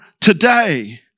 today